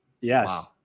Yes